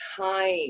time